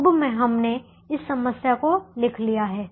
अब हमने इस समस्या को लिख लिया है